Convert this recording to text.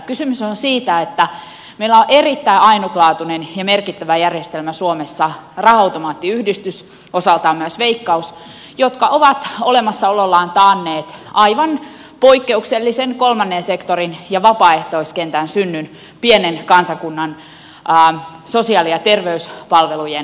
kysymys on siitä että meillä on erittäin ainutlaatuinen ja merkittävä järjestelmä suomessa raha automaattiyhdistys osaltaan myös veikkaus jotka ovat olemassaolollaan taanneet aivan poikkeuksellisen kolmannen sektorin ja vapaaehtoiskentän synnyn pienen kansakunnan sosiaali ja terveyspalvelujen tueksi